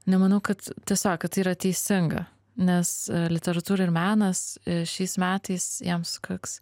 nemanau kad tiesiog kad tai yra teisinga nes literatūra ir menas šiais metais jam sukaks